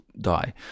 die